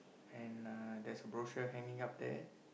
and uh there's a brochure hanging up there